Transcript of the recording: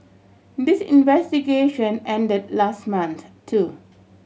this investigation ended last month too